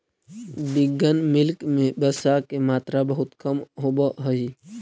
vegan milk में वसा के मात्रा बहुत कम होवऽ हइ